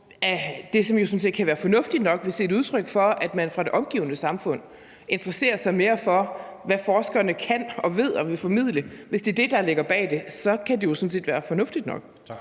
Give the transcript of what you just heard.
set kan være fornuftigt nok, hvis det er et udtryk for, at man fra det omgivende samfund interesserer sig mere for, hvad forskerne kan og ved og vil formidle. Hvis det er det, der ligger bag det, kan det jo sådan set være fornuftigt nok.